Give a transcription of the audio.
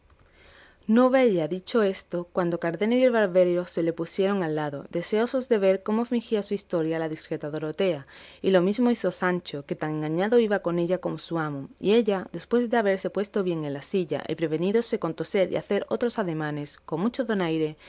no hubo ella dicho esto cuando cardenio y el barbero se le pusieron al lado deseosos de ver cómo fingía su historia la discreta dorotea y lo mismo hizo sancho que tan engañado iba con ella como su amo y ella después de haberse puesto bien en la silla y prevenídose con toser y hacer otros ademanes con mucho donaire